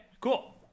cool